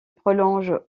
prolonge